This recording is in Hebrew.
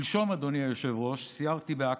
שלשום, אדוני היושב-ראש, סיירתי בעכו.